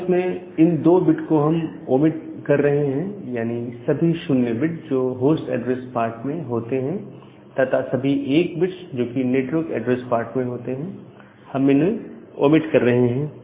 अब इसमें इन 2 को हम ओमीट कर रहे हैं यानी सभी 0 बिट्स जो होस्ट ऐड्रेस पार्ट में होते हैं तथा सभी 1 बिट्स जो कि नेटवर्क एड्रेस पार्ट में होते हैं हम इन्हें ओमीट कर रहे हैं